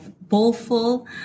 bowlful